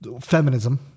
feminism